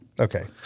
okay